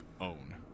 own